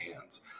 hands